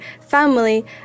family